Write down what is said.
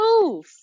move